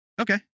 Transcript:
Okay